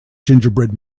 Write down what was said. gingerbread